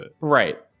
Right